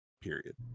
Period